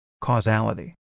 causality